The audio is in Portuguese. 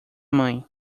mãe